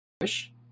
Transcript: wish